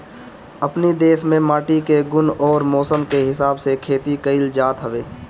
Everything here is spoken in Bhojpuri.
अपनी देस में माटी के गुण अउरी मौसम के हिसाब से खेती कइल जात हवे